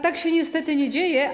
Tak się niestety nie dzieje.